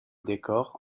décor